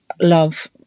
love